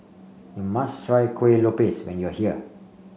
you must try Kueh Lopes when you are here